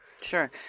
Sure